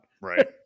right